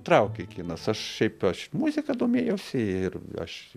traukė kinas aš šiaip aš muzika domėjausi ir aš